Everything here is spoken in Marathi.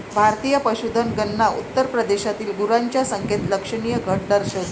भारतीय पशुधन गणना उत्तर प्रदेशातील गुरांच्या संख्येत लक्षणीय घट दर्शवते